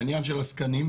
העניין של הזקנים?